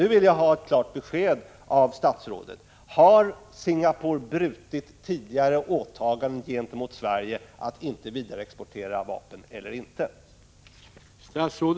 Nu vill jag ha ett klart besked av statsrådet: Har Singapore brutit det tidigare åtagandet gentemot Sverige, dvs. att inte vidareexportera vapen, eller inte?